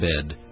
bed